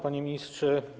Panie Ministrze!